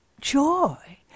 joy